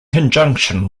conjunction